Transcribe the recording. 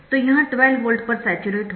तो यह 12 वोल्ट पर स्याचुरेट होगा